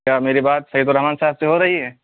کیا میری بات سعید الرحمان صاحب سے ہو رہی ہے